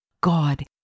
God